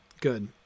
good